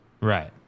Right